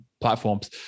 platforms